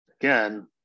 Again